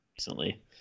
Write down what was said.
recently